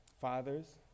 fathers